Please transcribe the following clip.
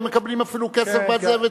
והם מקבלים אפילו כסף בעד זה,